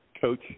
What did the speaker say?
coach